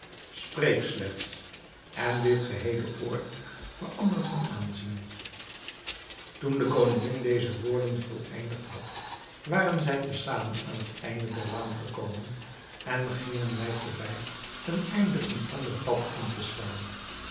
spreek slechts en dit geheele oord verandert van aanzien toen de koningin deze woorden voleindigd had waren zij te zamen aan het einde der laan gekomen en gingen mij voorbij ten einde een ander pad in te slaan